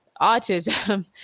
autism